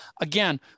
again